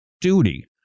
duty